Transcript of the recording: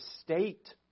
state